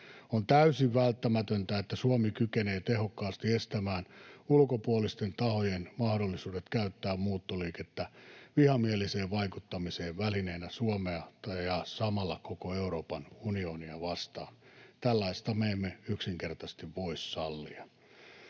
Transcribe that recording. On täysin välttämätöntä, että Suomi kykenee tehokkaasti estämään ulkopuolisten tahojen mahdollisuudet käyttää muuttoliikettä vihamieliseen vaikuttamiseen välineenä Suomea ja samalla koko Euroopan unionia vastaan. Tällaista me emme yksinkertaisesti voi sallia.